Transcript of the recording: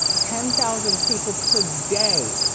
ten thousand people per day.